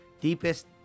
deepest